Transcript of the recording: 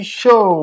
show